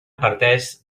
parteix